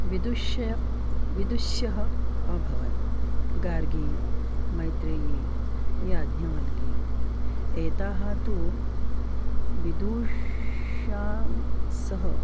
विदुष्यः विदुष्यः अभवन् गार्गी मैत्रियी याज्ञवल्की एताः तु विदुष्या सह